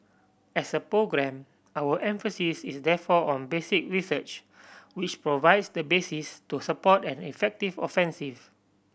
as a programme our emphasis is therefore on basic research which provides the basis to support an effective offensive